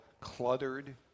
cluttered